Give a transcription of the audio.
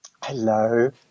Hello